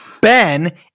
Ben